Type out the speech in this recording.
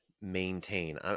maintain